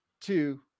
two